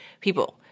people